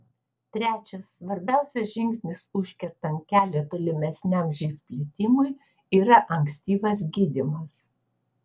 trečias svarbiausias žingsnis užkertant kelią tolimesniam živ plitimui yra ankstyvas gydymas